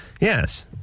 Yes